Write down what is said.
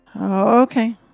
Okay